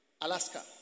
Alaska